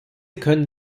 können